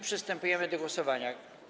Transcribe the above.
Przystępujemy do głosowania.